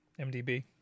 mdb